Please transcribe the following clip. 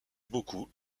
beaucoup